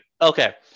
Okay